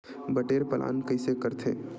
बटेर पालन कइसे करथे?